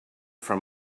from